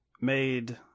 made